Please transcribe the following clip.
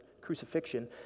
crucifixion